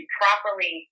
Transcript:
properly